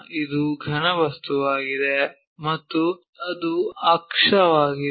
ಇದು ಘನ ವಸ್ತುವಾಗಿದೆ ಮತ್ತು ಅದು ಅಕ್ಷವಾಗಿದೆ